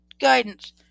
guidance